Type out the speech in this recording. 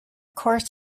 course